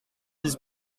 dix